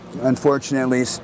unfortunately